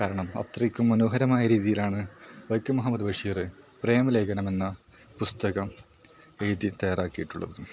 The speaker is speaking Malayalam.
കാരണം അത്രയ്ക്ക് മനോഹരമായ രീതിയിലാണ് വൈക്കം മുഹമ്മദ് ബഷീർ പ്രമേലഖനം എന്ന പുസ്തകം എഴുതി തയ്യാറാക്കിയിട്ടുള്ളത്